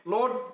Lord